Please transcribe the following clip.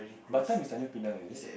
Batam is until Penang is it